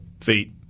Feet